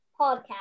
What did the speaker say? podcast